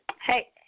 Hey